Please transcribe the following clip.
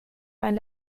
mein